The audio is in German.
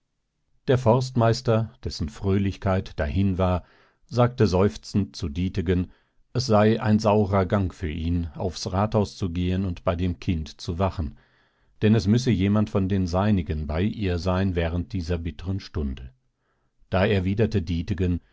der forstmeister dessen fröhlichkeit dahin war sagte seufzend zu dietegen es sei ein saurer gang für ihn aufs rathaus zu gehen und bei dem kind zu wachen denn es müsse jemand von den seinigen bei ihm sein während dieser bitteren stunde da erwiderte dietegen